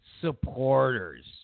supporters